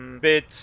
bit